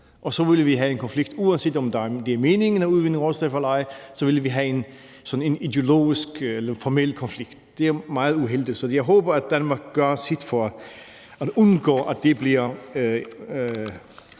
og så ville vi have en konflikt. Uanset om det giver mening at udvinde råstofferne eller ej, ville vi have sådan en ideologisk, formel konflikt. Det er meget uheldigt, så jeg håber, at Danmark gør sit for at undgå, at det bliver